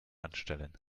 anstellen